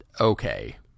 okay